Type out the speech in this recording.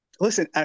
listen